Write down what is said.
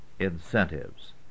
incentives